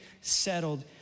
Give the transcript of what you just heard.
settled